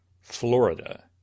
Florida